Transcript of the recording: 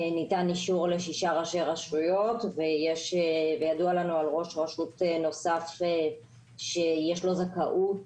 ניתן אישור לשישה ראשי רשויות וידוע לנו על ראש רשות נוסף שיש לו זכאות